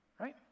right